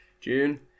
June